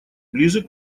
ближе